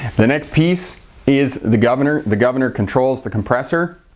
the next piece is the governor. the governor controls the compressor.